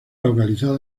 localizada